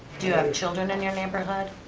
do you have children in your neighborhood?